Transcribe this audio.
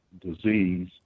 disease